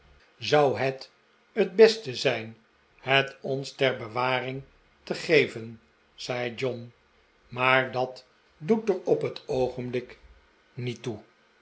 zou het t beste zijn het ons het verhaal van den vreemde ter bewaring te geven zei john maar dat doet er op het oogenblik niet toe